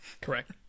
correct